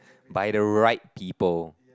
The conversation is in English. by the right people